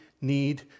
need